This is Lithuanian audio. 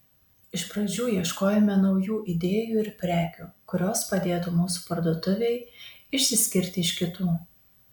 iš pradžių ieškojome naujų idėjų ir prekių kurios padėtų mūsų parduotuvei išsiskirti iš kitų